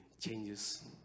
changes